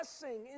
blessing